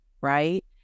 right